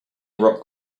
rock